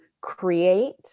Create